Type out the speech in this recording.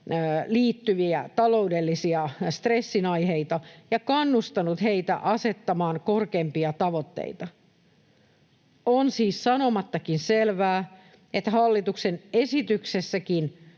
liittyviä taloudellisia stressin aiheita ja kannustanut heitä asettamaan korkeampia tavoitteita. On siis sanomattakin selvää, että hallituksen esityksessäkin